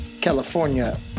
california